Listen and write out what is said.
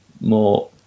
more